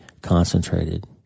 concentrated